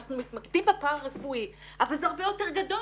מתמקדים בפארא-רפואי אבל זה הרבה יותר גדול.